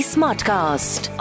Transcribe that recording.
Smartcast